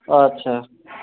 अच्छा